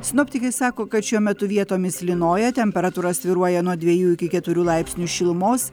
sinoptikai sako kad šiuo metu vietomis lynoja temperatūra svyruoja nuo dviejų iki keturių laipsnių šilumos